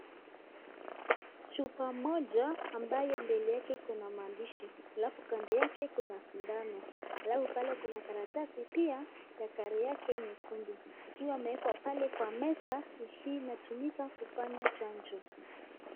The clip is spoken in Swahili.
Chupa moja ambayo mbele yake iko na maandishi, halafu kando yake iko na sindano, halafu pia pale kuna karatasi ya color yake nyekundu, ikiwa imewekwa pale kwa meza hii inatumika kufanya chanjo.